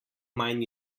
manj